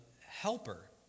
helper